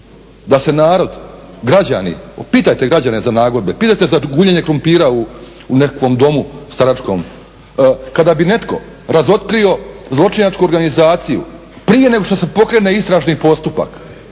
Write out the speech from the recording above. da se narod, građani, pitajte građane za nagodbe, pitajte za guljenje krumpira u nekakvom domu staračkom. Kada bi netko razotkrio zločinačku organizaciju prije nego što se pokrene istražni postupak,